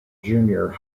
junior